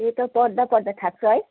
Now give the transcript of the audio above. त्यही त पढ्दा पढ्दा थाक्छ है